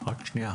רק שנייה.